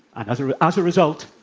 and as as a result,